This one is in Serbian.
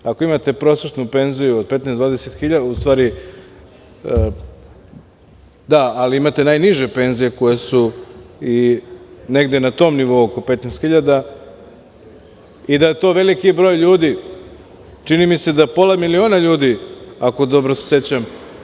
Ako imate prosečnu penziju od 15 do 20 hiljada, u stvari da, ali imate najniže penzije koje su negde na tom nivou od 15 hiljada i da je to veliki broj ljudi, čini mi se pola milionaljudi, ako se dobro sećam.